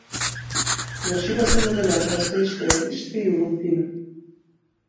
varžybose nugalėtojas paaiškėja iš dviejų rungtynių